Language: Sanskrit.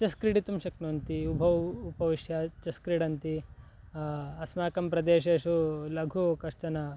चेस् क्रीडितुं शक्नुवन्ति उभौ उपविश्य चेस् क्रीडन्ति अस्माकं प्रदेशेषु लघु कश्चन